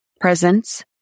Presence